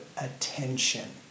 attention